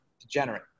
degenerate